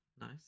Nice